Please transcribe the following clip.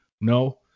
no